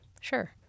sure